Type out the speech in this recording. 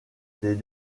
des